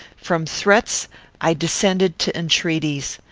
from threats i descended to entreaties.